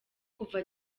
kuva